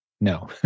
No